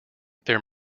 their